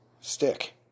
stick